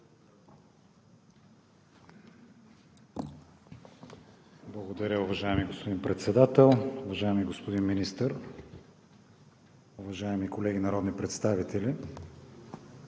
Благодаря, уважаеми господин Председател. Уважаеми господин Министър, уважаеми колеги народни представители!